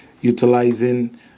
utilizing